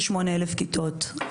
28,000 כיתות.